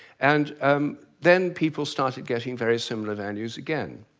and um then people started getting very similar values again.